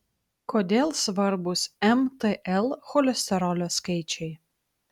kodėl svarbūs mtl cholesterolio skaičiai